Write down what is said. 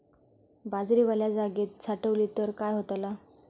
बाजरी वल्या जागेत साठवली तर काय होताला?